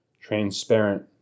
transparent